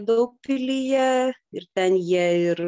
daugpilyje ir ten jie ir